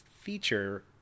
feature